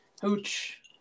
Hooch